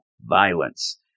violence